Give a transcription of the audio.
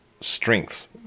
strengths